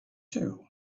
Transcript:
too